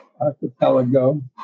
archipelago